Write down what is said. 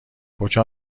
کجا